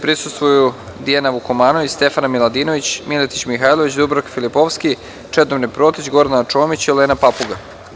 prisustvuju sledeći narodni poslanici: Dijana Vukomanović, Stefana Miladinović, Miletić Mihajlović, Dubravka Filipovski, Čedomir Protić, Gordana Čomić, Olena Papuga.